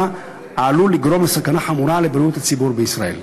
העלולה לגרום לסכנה חמורה לבריאות הציבור בישראל".